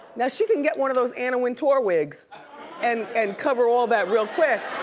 now she can get one of those anna wintour wigs and and cover all that real quick.